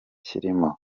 kirimo